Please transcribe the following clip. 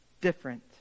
different